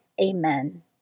Amen